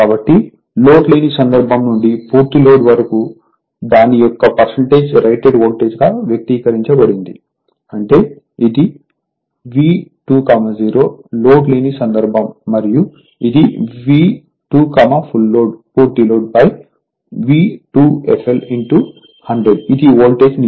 కాబట్టి లోడ్ లేని సందర్భం నుండి పూర్తి లోడ్ వరకు దాని యొక్క రేటేడ్ వోల్టేజ్ గా వ్యక్తీకరించబడింది అంటే ఇది V2 0 లోడ్ లేని సందర్భం మరియు ఇది V 2 f l పూర్తి లోడ్ V 2 f l 100 ఇది వోల్టేజ్ నియంత్రణ